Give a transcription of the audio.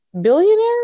billionaire